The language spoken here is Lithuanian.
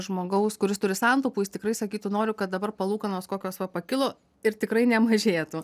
žmogaus kuris turi santaupų jis tikrai sakytų noriu kad dabar palūkanos kokios va pakilo ir tikrai nemažėtų